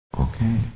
okay